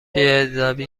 بیادبی